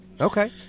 okay